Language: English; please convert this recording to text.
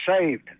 saved